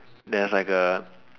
there's like a